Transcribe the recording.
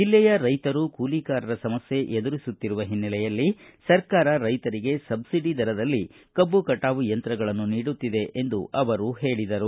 ಜಲ್ಲೆಯ ರೈತರು ಕೂಲಿಕಾರರ ಸಮಸ್ಯೆ ಎದುರಿಸುತ್ತಿರುವ ಹಿನ್ನಲೆಯಲ್ಲಿ ಸರಕಾರ ರೈತರಿಗೆ ಸಬ್ಬಡಿ ದರದಲ್ಲಿ ಕಬ್ಬು ಕಟಾವು ಯಂತ್ರಗಳನ್ನು ನೀಡುತ್ತಿದೆ ಎಂದು ಅವರು ಹೇಳಿದರು